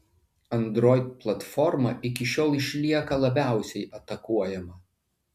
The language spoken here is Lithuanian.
android platforma iki šiol išlieka labiausiai atakuojama